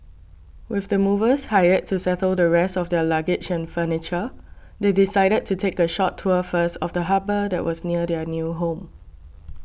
with the movers hired to settle the rest of their luggage and furniture they decided to take a short tour first of the harbour that was near their new home